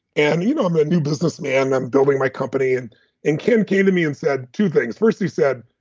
and you know i'm a new businessman, i'm building my company and and kim came to me and said two things. first, he said,